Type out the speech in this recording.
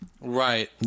right